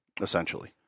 essentially